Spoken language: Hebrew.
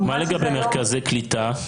מה לגבי מרכזי קליטה?